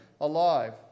alive